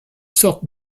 sorte